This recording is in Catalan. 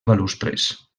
balustres